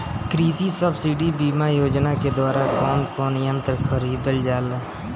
कृषि सब्सिडी बीमा योजना के द्वारा कौन कौन यंत्र खरीदल जाला?